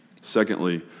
Secondly